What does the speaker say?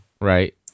right